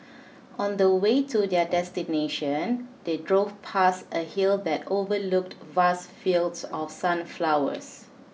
on the way to their destination they drove past a hill that overlooked vast fields of sunflowers